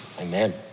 Amen